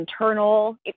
internal